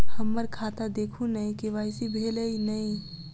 हम्मर खाता देखू नै के.वाई.सी भेल अई नै?